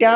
त्या